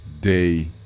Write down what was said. day